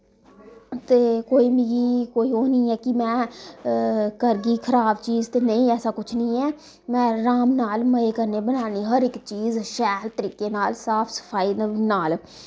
ते कोई मिकी कोई ओह् नी ऐ कि मैं करगी खराब चीज़ ते नेईं ऐसा कुश नी ऐ मेों राम नाल मज़े कन्नै बनान्नी हर इक चीज़ शैल तरीके नाल साफ सफाई नाल